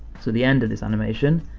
so the end of this animation,